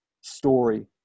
story